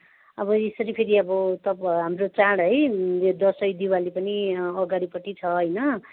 अब यसरी फेरि अब तपाईँ हाम्रो चाढ है दसैँ दिवाली पनि अगाडिपट्टि छ होइन